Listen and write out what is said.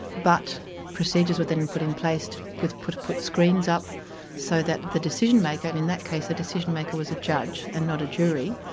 but procedures were then put in place to put put screens up so that the decision maker in that case the decision maker was a judge, and not a jury,